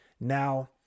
Now